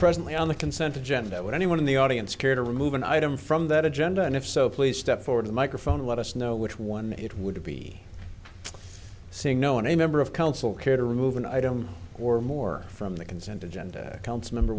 presently on the consent agenda would anyone in the audience care to remove an item from that agenda and if so please step forward the microphone let us know which one it would be saying no when a member of council care to remove an item or more from the consent agenda council member